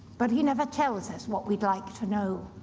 but he never tells us what we'd like to know.